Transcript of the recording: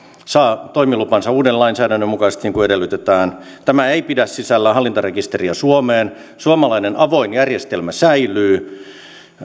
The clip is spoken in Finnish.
saa toimilupansa uuden lainsäädännön mukaisesti niin kuin edellytetään tämä ei pidä sisällään hallintarekisteriä suomeen suomalainen avoin järjestelmä säilyy